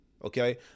Okay